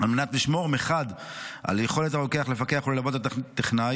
על מנת מחד גיסא לשמור על יכולת הרוקח לפקח וללוות את הטכנאי,